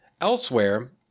Elsewhere